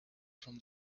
from